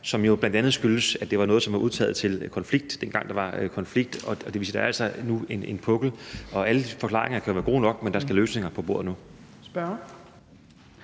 som bl.a. skyldes, at det var noget, som var udtaget til konflikt, dengang der var konflikt, og det vil sige, at der nu altså er en pukkel. Alle forklaringer kan være gode nok, men der skal løsninger på bordet nu.